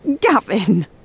Gavin